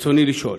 רצוני לשאול: